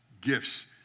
gifts